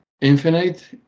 Infinite